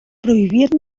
prohibir